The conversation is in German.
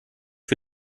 für